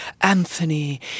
Anthony